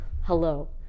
Hello